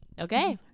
okay